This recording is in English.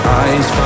eyes